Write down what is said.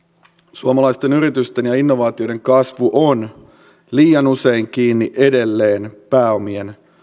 suomalaisten yritysten ja innovaatioiden kasvu on liian usein kiinni edelleen pääomien